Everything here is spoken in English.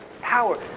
Power